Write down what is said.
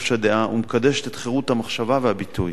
חופש הדעה ומקדשת את חירות המחשבה והביטוי.